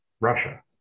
Russia